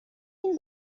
این